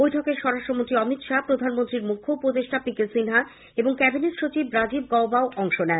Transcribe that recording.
বৈঠকে স্বরাষ্ট্রমন্ত্রী অমিত শাহ প্রধানমন্ত্রীর মুখ্য উপদেষ্টা পি কে সিনহা এবং ক্যাবিনেট সচিব রাজীব গৌবাও অংশ নেন